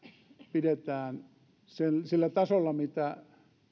pidetään sillä tasolla mitä